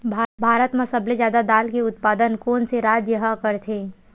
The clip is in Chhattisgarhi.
भारत मा सबले जादा दाल के उत्पादन कोन से राज्य हा करथे?